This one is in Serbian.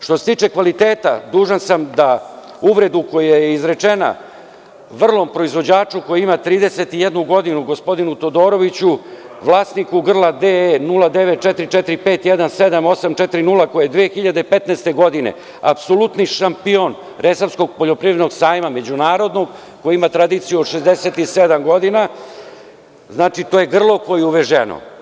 Što se tiče kvaliteta dužan sam da uvredu koja je izrečena vrlom proizvođaču koji ima 31 godinu, gospodinu Todoroviću, vlasniku grla DE0944517840 koji je 2015. godine apsolutni šampion Resavskog poljoprivrednog sajma međunarodnog koji ima tradiciju od 67 godina, znači to je grlo koje je uveženo.